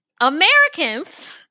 Americans